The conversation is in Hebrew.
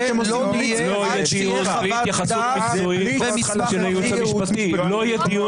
עד שתהיה חוות דעת ומסמך --- לא יהיה דיון.